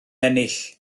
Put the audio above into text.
ennill